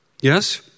Yes